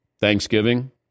Thanksgiving